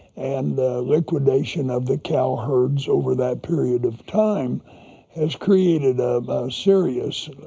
and the liquidation of the cow herds over that period of time has created a serious